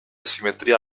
simetría